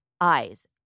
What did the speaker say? eyes